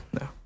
No